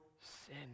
sin